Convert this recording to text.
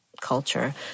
culture